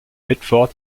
bedford